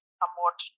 somewhat